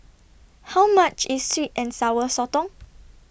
How much IS Sweet and Sour Sotong